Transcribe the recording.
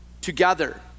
together